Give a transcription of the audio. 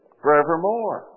forevermore